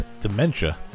Dementia